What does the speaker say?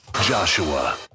Joshua